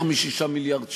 יותר מ-6 מיליארד שקל.